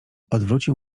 odwrócił